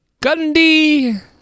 Gundy